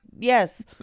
Yes